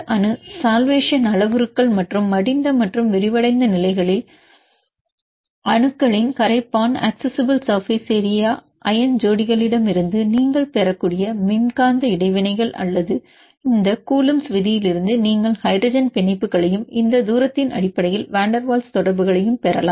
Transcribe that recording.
இந்த அணு சல்வேஷன் அளவுருக்கள் மற்றும் மடிந்த மற்றும் விரிவடைந்த நிலைகளில் அணுக்களின் கரைப்பான் அக்சிசிபிள் சர்பேஸ் ஏரியா அயன் ஜோடிகளிடமிருந்து நீங்கள் பெறக்கூடிய மின்காந்த இடைவினைகள் அல்லது இந்த கூலொம்ப்ஸ் விதியிலிருந்து நீங்கள் ஹைட்ரஜன் பிணைப்புகளையும் இந்த தூரத்தின் அடிப்படையில் வான் டெர் வால்ஸ் தொடர்புகளையும் பெறலாம்